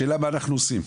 השאלה מה אנחנו עושים.